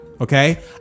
Okay